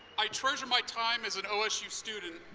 i treasure my time as an osu student,